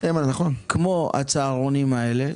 כמו הצהרונים האלה,